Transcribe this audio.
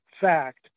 fact